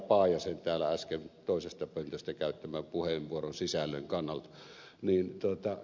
paajasen täällä äsken toisesta pöntöstä käyttämän puheenvuoron sisällön kannalta